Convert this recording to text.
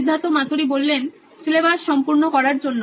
Siddharth Maturi C E O নোইন electronics syllabus সম্পূর্ণ করার জন্য